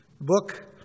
book